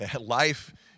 Life